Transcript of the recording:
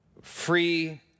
free